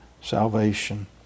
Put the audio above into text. salvation